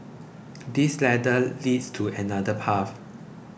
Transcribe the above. this ladder leads to another path